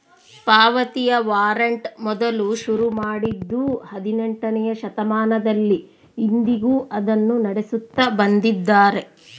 ಪಾವತಿಯ ವಾರಂಟ್ ಮೊದಲು ಶುರು ಮಾಡಿದ್ದೂ ಹದಿನೆಂಟನೆಯ ಶತಮಾನದಲ್ಲಿ, ಇಂದಿಗೂ ಅದನ್ನು ನಡೆಸುತ್ತ ಬಂದಿದ್ದಾರೆ